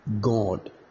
God